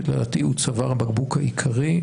שלדעתי הוא צוואר הבקבוק העיקרי,